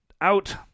out